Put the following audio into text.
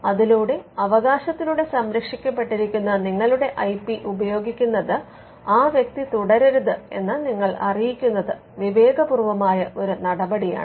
അതിലൂടെ അവകാശത്തിലൂടെ സംരക്ഷിക്കപ്പെട്ടിരിക്കുന്ന നിങ്ങളുടെ ഐ പി ഉപയോഗിക്കുന്നത് ആ വ്യക്തി തുടരരുത് എന്ന് നിങ്ങൾ അറിയിക്കുന്നത് വിവേകപൂർവ്വമായ ഒരു നടപടിയാണ്